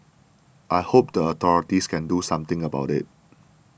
I hope the authorities can do something about it